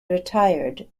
retired